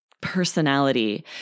personality